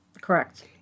correct